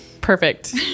Perfect